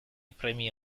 premi